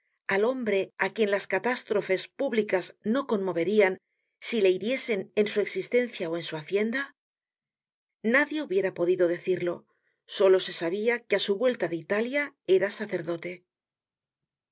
al hombre á quien las catástrofes públicas no conmoverian si le hiriesen en su existencia ó en su hacienda nadie hubiera podido decirlo solo se sabia que á su vuelta de italia era sacerdote